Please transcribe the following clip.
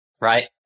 Right